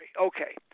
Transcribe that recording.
Okay